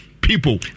people